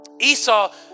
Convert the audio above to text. Esau